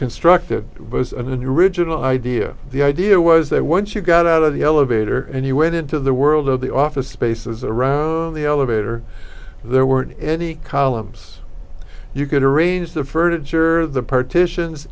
constructed was a new original idea the idea was that once you got out of the elevator and you went into the world of the office spaces around the elevator there weren't any columns you could arrange the furniture or the partitions